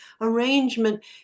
arrangement